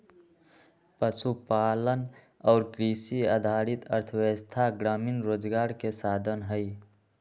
पशुपालन और कृषि आधारित अर्थव्यवस्था ग्रामीण रोजगार के साधन हई